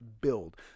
build